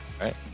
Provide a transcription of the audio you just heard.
right